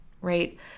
right